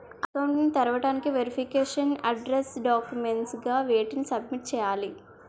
Account ను తెరవటానికి verification address documents గా వేటిని సబ్మిట్ చేయాలి?